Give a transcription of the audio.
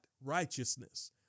Righteousness